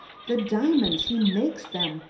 the diamonds! he makes them!